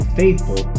faithful